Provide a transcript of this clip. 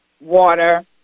water